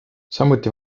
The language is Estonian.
samuti